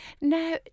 Now